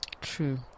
true